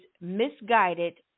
misguided